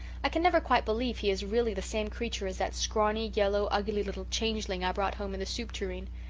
i can never quite believe he is really the same creature as that scrawny, yellow, ugly little changeling i brought home in the soup tureen.